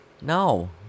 No